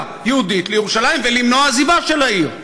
יהודית לירושלים ולמנוע עזיבה של העיר.